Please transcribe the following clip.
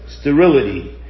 sterility